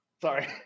Sorry